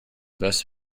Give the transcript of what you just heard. best